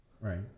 Right